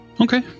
Okay